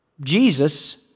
Jesus